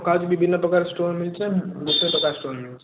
ବିଭିନ୍ନ ପ୍ରକାର ଷ୍ଟୋନ୍ ମିଳୁଛି ନା ଗୋଟିଏ ପ୍ରକାର ଷ୍ଟୋନ୍ ମିଳୁଛି